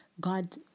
God